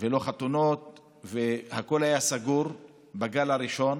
ולא חתונות והכול היה סגור בגל הראשון.